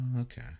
okay